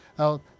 Now